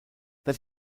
that